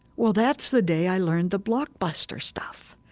well, that's the day i learned the blockbuster stuff,